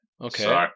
Okay